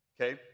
okay